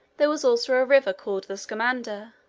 there was also a river called the scamander.